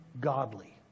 godly